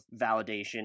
validation